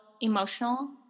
emotional